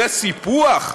זה סיפוח?